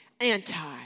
anti-